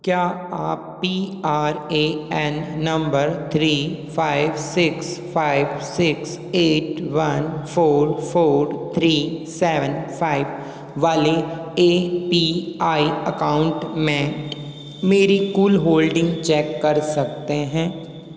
क्या आप P R A N number three five six five six eight one four four three seven five वाले A P I account में मेरी कुल holding check कर सकते हैं